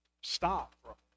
Stop